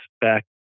back